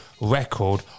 Record